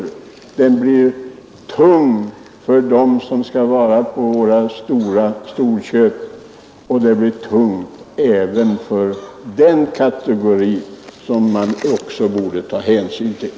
Den blir tung för dem som skall arbeta på storköpen, den blir tung även för denna kategori som man också borde ta hänsyn till.